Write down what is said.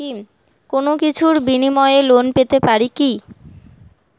কোনো কিছুর বিনিময়ে লোন পেতে পারি কি?